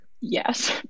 yes